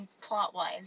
plot-wise